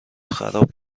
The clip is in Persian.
خراب